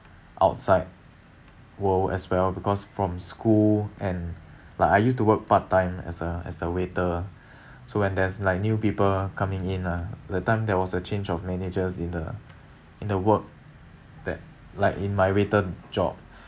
outside world as well because from school and like I used to work part time as a as a waiter so when there's like new people coming in lah the time there was a change of managers in the in the work that like in my waiter job